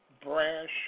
brash